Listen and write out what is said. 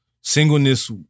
singleness